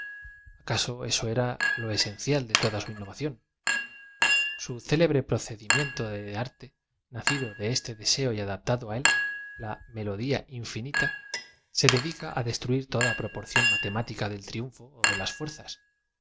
acaso eso sea lo esen cial de toda su innovación su célebre procedimiento de arte nacido de este deseo y adaptado á él la m e lodía infinita se dedica destruir toda proporción matemtica del triunfo ó de las fuerzas